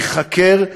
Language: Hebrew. ייחקר,